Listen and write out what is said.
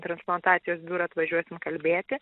transplantacijos biurą atvažiuosim kalbėti